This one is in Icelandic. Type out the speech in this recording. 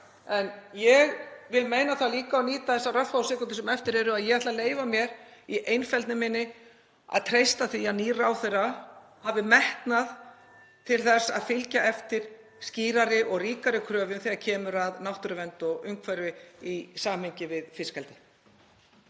En ég vil meina það líka, ef ég nýti þessar örfáu sekúndum sem eftir eru, ég ætla að leyfa mér í einfeldni minni að treysta því að nýr ráðherra (Forseti hringir.) hafi metnað til þess að fylgja eftir skýrari og ríkari kröfu þegar kemur að náttúruvernd og umhverfi í samhengi við fiskeldi.